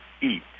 eat